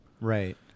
Right